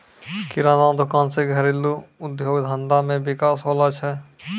किराना दुकान से घरेलू उद्योग धंधा मे विकास होलो छै